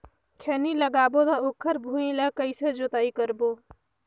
खैनी लगाबो ता ओकर भुईं ला कइसे जोताई करबो?